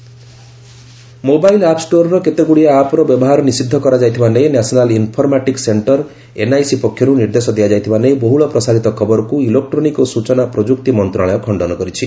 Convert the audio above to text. IT ministry app stores mobile app ଷ୍ଟୋରର କେତେଗ୍ରଡ଼ିଏ ଆପ୍ର ବ୍ୟବହାର ନିଷିଦ୍ଧ କରାଯାଇଥିବା ନେଇ ନ୍ୟାସନାଲ୍ ଇନ୍ଫର୍ମାଟିକ୍ ସେଣ୍ଟର ଏନ୍ଆଇସି ପକ୍ଷରୁ ନିର୍ଦ୍ଦେଶ ଦିଆଯାଇଥିବା ନେଇ ବହୁଳ ପ୍ରସାରିତ ଖବରକୁ ଇଲେକ୍ଟ୍ରୋନିକ୍ ଓ ସ୍କୃଚନା ପ୍ରପଯୁକ୍ତି ମନ୍ତ୍ରଣାଳୟ ଖଣ୍ଡନ କରିଛି